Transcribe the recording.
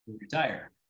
retire